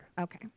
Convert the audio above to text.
Okay